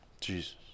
Jesus